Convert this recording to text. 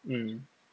mm